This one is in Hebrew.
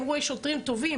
הם אמרו שיש שוטרים טובים,